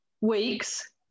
weeks